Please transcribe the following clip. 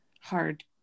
hard